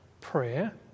Prayer